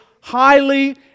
highly